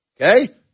Okay